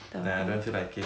nah I don't feel like it